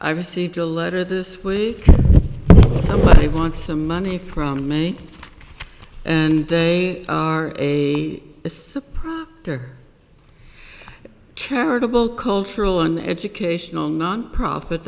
i received a letter this week somebody wants some money from me and they are a if there charitable cultural and educational nonprofit